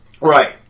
Right